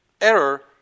Error